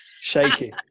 Shaky